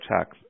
checks